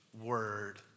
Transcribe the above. word